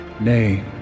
Nay